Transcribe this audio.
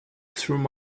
through